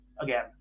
Again